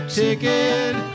ticket